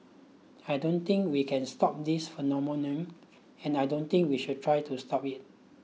I don't think we can stop this phenomenon and I don't think we should try to stop it